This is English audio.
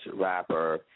rapper